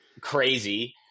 crazy